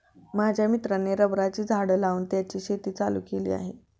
माझ्या मित्राने रबराची झाडं लावून त्याची शेती चालू केली आहे